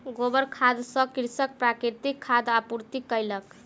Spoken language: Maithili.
गोबर खाद सॅ कृषक प्राकृतिक खादक आपूर्ति कयलक